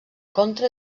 contra